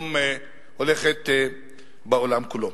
שהיום הולכת בעולם כולו.